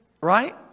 Right